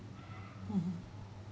mm